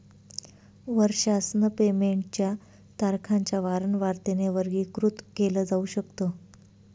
वर्षासन पेमेंट च्या तारखांच्या वारंवारतेने वर्गीकृत केल जाऊ शकत